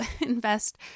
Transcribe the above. invest